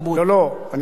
לא, לא, אני יודע.